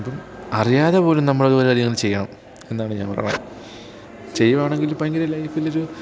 അപ്പം അറിയാതെ പോലും നമ്മളത് പല കാര്യങ്ങൾ ചെയ്യണം എന്നാണ് ഞാൻ പറയുന്നത് ചെയ്യുകയാണെങ്കിൽ ഭയങ്കര ലൈഫിലൊരു